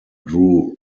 grew